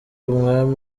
umwami